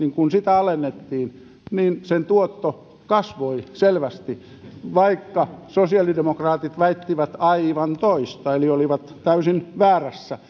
alennettiin niin sen tuotto kasvoi selvästi vaikka sosiaalidemokraatit väittivät aivan toista eli olivat täysin väärässä